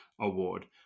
Award